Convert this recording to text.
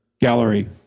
gallery